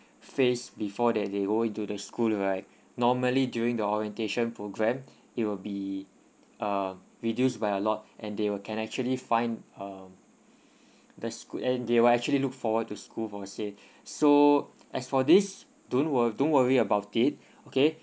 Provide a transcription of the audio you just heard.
face before that they enrol into the school right normally during the orientation program it will be uh reduce by a lot and they will can actually find uh the school and they will actually look forward to school for say so as for this don't wor~ don't worry about it okay